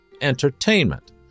entertainment